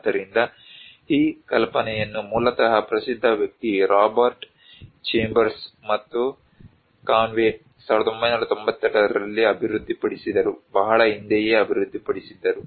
ಆದ್ದರಿಂದ ಈ ಕಲ್ಪನೆಯನ್ನು ಮೂಲತಃ ಪ್ರಸಿದ್ಧ ವ್ಯಕ್ತಿ ರಾಬರ್ಟ್ ಚೇಂಬರ್ಸ್ ಮತ್ತು ಕಾನ್ವೇ 1992 ರಲ್ಲಿ ಅಭಿವೃದ್ಧಿಪಡಿಸಿದರು ಬಹಳ ಹಿಂದೆಯೇ ಅಭಿವೃದ್ಧಿಪಡಿಸಿದರು